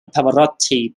pavarotti